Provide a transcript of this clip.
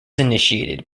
initiated